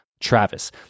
Travis